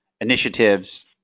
initiatives